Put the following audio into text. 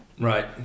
right